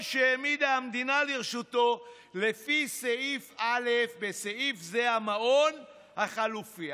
שהעמידה המדינה לרשותו לפי סעיף א' בסעיף זה: המעון החלופי.